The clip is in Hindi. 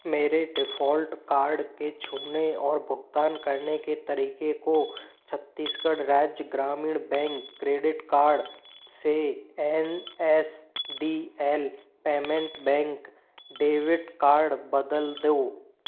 मेरे डिफ़ॉल्ट कार्ड के छूने और भुगतान करने के तरीके को छत्तीसगढ़ राज्य ग्रामीण बैंक क्रेडिट कार्ड से N S D L payment bank debit card बदल दो